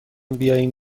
بیایم